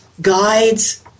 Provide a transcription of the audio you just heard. guides